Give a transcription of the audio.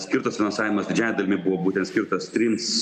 skirtas finansavimas didžiąja dalimi buvo būtent skirtas trims